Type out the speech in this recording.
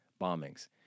bombings